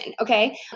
Okay